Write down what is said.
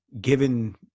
given